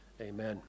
Amen